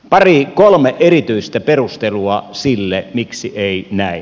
pari kolme erityistä perustelua sille miksi ei näin